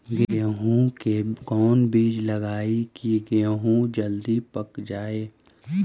गेंहू के कोन बिज लगाई कि गेहूं जल्दी पक जाए?